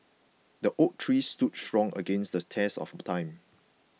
the oak tree stood strong against the test of time